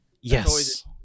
yes